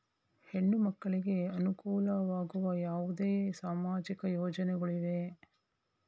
ಹೆಣ್ಣು ಮಕ್ಕಳಿಗೆ ಅನುಕೂಲವಾಗುವ ಯಾವುದೇ ಸಾಮಾಜಿಕ ಯೋಜನೆಗಳಿವೆಯೇ?